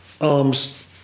arms